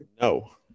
No